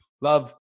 love